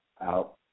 out